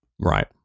Right